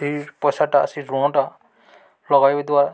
ସେଇ ପଇସାଟା ସେ ଋଣଟା ଲଗାଇବା ଦ୍ୱାରା